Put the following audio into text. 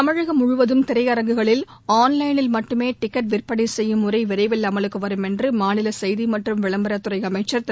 தமிழகம் முழுவதும் திரையரங்குகளில் ஆன் லைனில் மட்டுமே டிக்கெட் விற்பனை செய்யும் முறை விரைவில் அமலுக்கு வரும் என்று மாநில செய்தி மற்றும் விளம்பரத்துறை அமைச்சர் திரு